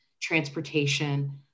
transportation